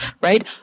right